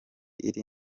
iri